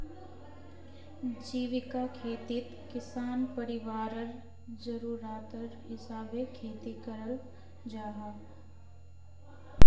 जीविका खेतित किसान परिवारर ज़रूराटर हिसाबे खेती कराल जाहा